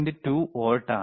2 volt ആണ്